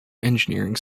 engineering